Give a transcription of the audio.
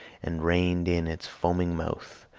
and reined in its foaming mouth,